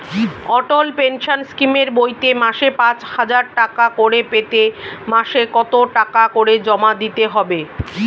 অটল pension স্কিমের বইতে মাসে পাঁচ হাজার টাকা করে পেতে মাসে কত টাকা করে জমা দিতে হবে?